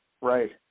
right